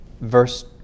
verse